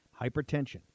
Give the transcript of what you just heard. Hypertension